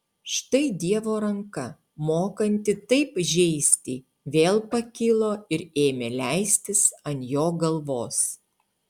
štai dievo ranka mokanti taip žeisti vėl pakilo ir ėmė leistis ant jo galvos